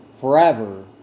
forever